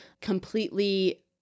completely